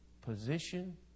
Position